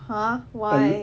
!huh! why